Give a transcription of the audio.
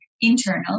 internal